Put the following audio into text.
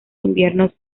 inviernos